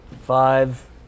five